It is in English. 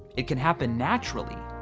it can happen naturally.